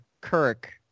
Kirk